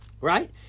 right